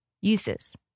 Uses